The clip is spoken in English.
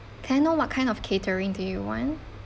can I know what kind of catering do you want